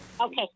Okay